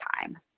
time